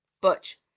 Butch